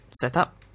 setup